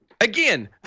Again